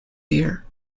dear